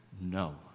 no